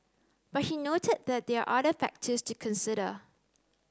but he noted that there are other factors to consider